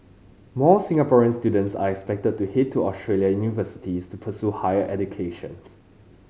more Singaporean students are expected to head to Australian universities to pursue higher educations